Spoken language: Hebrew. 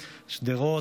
שדרות,